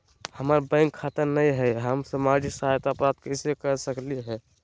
हमार बैंक खाता नई हई, हम सामाजिक सहायता प्राप्त कैसे के सकली हई?